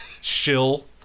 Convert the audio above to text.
Shill